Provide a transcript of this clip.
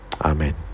Amen